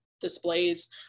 displays